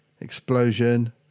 explosion